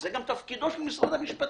וזה גם תפקידו של משרד המשפטים,